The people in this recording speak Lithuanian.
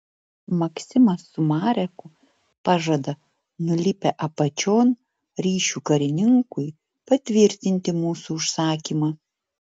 maksimas su mareku pažada nulipę apačion ryšių karininkui patvirtinti mūsų užsakymą